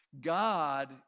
God